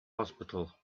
hospital